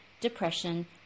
depression